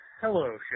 Hello